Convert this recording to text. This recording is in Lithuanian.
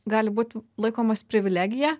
gali būti laikomas privilegija